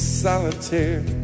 solitaire